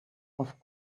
off